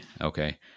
Okay